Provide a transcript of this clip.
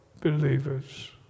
believers